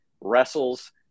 wrestles